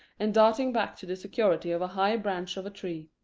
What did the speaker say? and darting back to the security of a high branch of a tree.